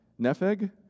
Nepheg